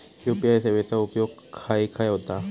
UPI सेवेचा उपयोग खाय खाय होता?